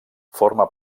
forma